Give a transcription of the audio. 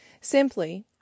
Simply